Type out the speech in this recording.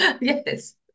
Yes